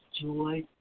joy